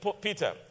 Peter